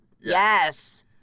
Yes